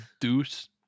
Deuce